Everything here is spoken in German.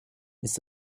ist